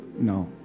no